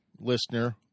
listener